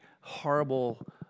horrible